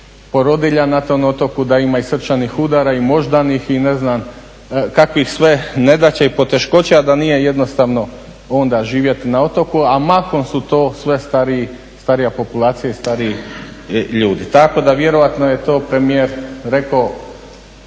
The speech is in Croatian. na tom otoku, da ima i srčanih udara i moždanih i ne znam kakvih sve nedaća i poteškoća, a da nije jednostavno onda živjeti na otoku. A mahom su to sve starija populacija i stariji ljudi. Tako da vjerojatno je to premijer rekao